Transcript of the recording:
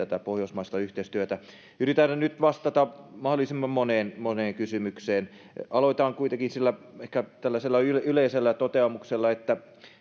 edelleen tätä pohjoismaista yhteistyötä yritän nyt vastata mahdollisimman moneen moneen kysymykseen aloitan kuitenkin ehkä tällaisella yleisellä toteamuksella että